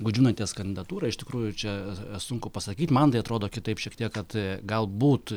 gudžiūnaitės kandidatūrą iš tikrųjų čia sunku pasakyt man tai atrodo kitaip šiek tiek kad galbūt